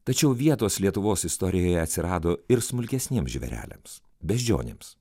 tačiau vietos lietuvos istorijoje atsirado ir smulkesniems žvėreliams beždžionėms